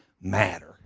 matter